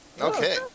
Okay